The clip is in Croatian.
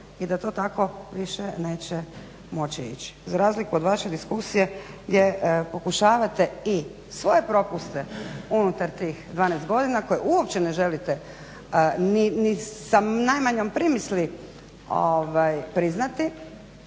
i da to tako više neće moći ići za razliku od vaše diskusije gdje pokušavate i svoje propuste unutar tih 12 godina koje uopće ne želite ni sa najmanjom primisli priznati,